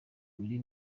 uri